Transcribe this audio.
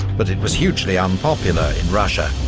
but it was hugely unpopular in russia,